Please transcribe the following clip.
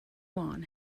juan